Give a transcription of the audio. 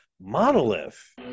Monolith